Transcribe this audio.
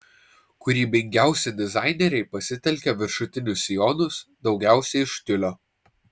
kūrybingiausi dizaineriai pasitelkė viršutinius sijonus daugiausiai iš tiulio